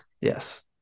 yes